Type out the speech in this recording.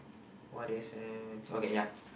what they say okay ya